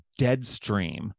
Deadstream